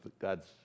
God's